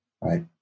right